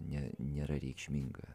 ne nėra reikšminga